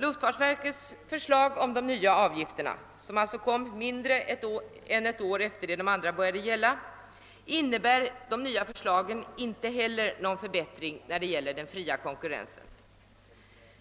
Luftfartsverkets förslag om nya avgifter, som «alltså framlades mindre än ett år efter det att de tidigare bestämmelserna börjat gälla, inne bär inte heller någon förbättring med avseende på den fria konkurrensen.